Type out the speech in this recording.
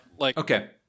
Okay